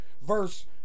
verse